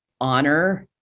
honor